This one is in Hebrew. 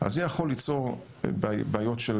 אז זה יכול ליצור בעיות של